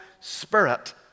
Spirit